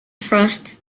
frost